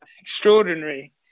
extraordinary